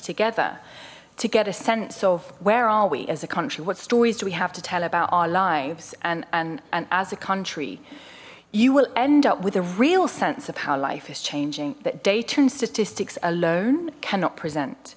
together to get a sense of where are we as a country what stories do we have to tell about our lives and and and as a country you will end up with a real sense of how life is changing that day turn statistics alone cannot present